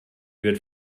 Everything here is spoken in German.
wird